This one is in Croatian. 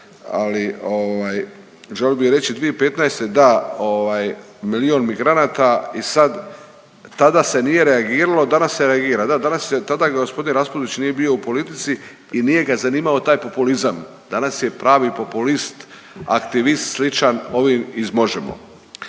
ali želio bi reći 2015., da ovaj milion migranata i sad tada se nije reagiralo danas se reagira. Da danas tada g. Raspudić nije bio u politici i nije ga zanimao taj populizam. Danas je pravi populist, aktivist sličan ovim iz Možemo.